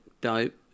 dope